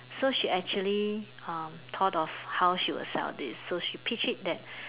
so she actually um thought of how she would sell this so she pitched it that